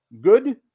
Good